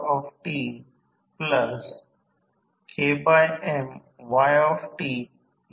जेव्हा ऑटोट्रान्सफॉर्मर म्हणून वापरले जाते तेव्हा व्होल्ट अँपिअर V1 I1असेल कारण आपण वापरत असलेले समान वाइंडिंग